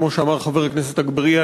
כמו שאמר חבר הכנסת אגבאריה,